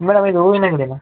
madam ಇದು ಹೂವಿನ್ ಅಂಗಡಿನಾ